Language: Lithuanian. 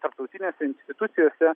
tarptautinėse institucijose